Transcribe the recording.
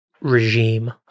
regime